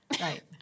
Right